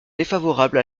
défavorable